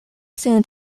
soon